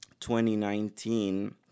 2019